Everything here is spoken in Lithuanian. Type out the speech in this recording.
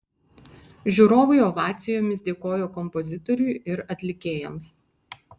žiūrovai ovacijomis dėkojo kompozitoriui ir atlikėjams